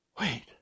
wait